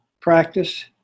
practice